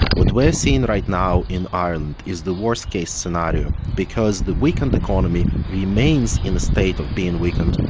what we're seeing right now in ireland is the worst-case scenario, because the weakened economy remains in a state of being weakened,